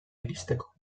iristeko